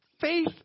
faith